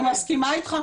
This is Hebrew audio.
אני מסכימה אתך.